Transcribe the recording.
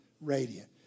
radiant